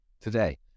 Today